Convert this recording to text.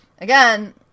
again